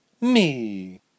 me